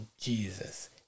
Jesus